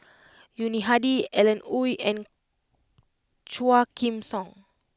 Yuni Hadi Alan Oei and Quah Kim Song